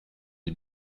des